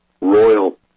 royal